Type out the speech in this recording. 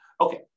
Okay